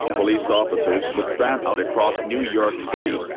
police officers would fan out across new york city,